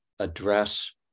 address